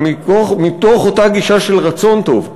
אבל מתוך אותה גישה של רצון טוב,